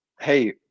hey